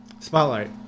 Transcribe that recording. Spotlight